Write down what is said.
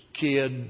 kid